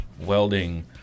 welding